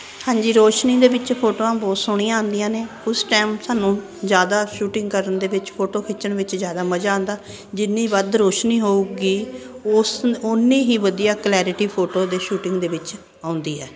ਹਾਂਜੀ ਰੌਸ਼ਨੀ ਦੇ ਵਿੱਚ ਫੋਟੋਆਂ ਬਹੁਤ ਸੋਹਣੀਆਂ ਆਉਂਦੀਆਂ ਨੇ ਉਸ ਟਾਈਮ ਸਾਨੂੰ ਜ਼ਿਆਦਾ ਸ਼ੂਟਿੰਗ ਕਰਨ ਦੇ ਵਿੱਚ ਫੋਟੋ ਖਿੱਚਣ ਵਿੱਚ ਜ਼ਿਆਦਾ ਮਜ਼ਾ ਆਉਂਦਾ ਜਿੰਨੀ ਵੱਧ ਰੌਸ਼ਨੀ ਹੋਵੇਗੀ ਓਸ ਉਨੀ ਹੀ ਵਧੀਆ ਕਲੈਰਿਟੀ ਫੋਟੋ ਦੀ ਸ਼ੂਟਿੰਗ ਦੇ ਵਿੱਚ ਆਉਂਦੀ ਹੈ